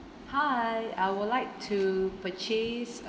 hi I would like to purchase